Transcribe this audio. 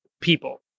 people